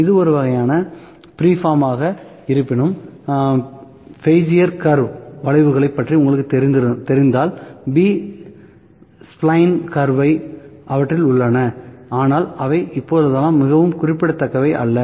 இது ஒரு வகையான ஃப்ரீஃபார்ம் ஆக இருப்பினும் பெஜியர் வளைவின் வளைவுகளைப் பற்றி உங்களுக்குத் தெரிந்தால் b ஸ்ப்லைன் வளைவு அவற்றில் உள்ளன ஆனால் அவை இப்போதெல்லாம் மிகவும் குறிப்பிடத்தக்கவை அல்ல